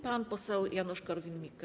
Pan poseł Janusz Korwin-Mikke.